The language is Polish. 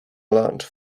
lunch